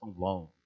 alone